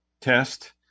test